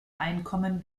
einkommen